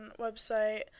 website